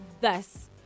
thus